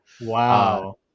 wow